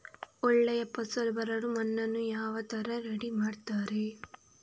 ಒಳ್ಳೆ ಫಸಲು ಬರಲು ಮಣ್ಣನ್ನು ಯಾವ ತರ ರೆಡಿ ಮಾಡ್ತಾರೆ?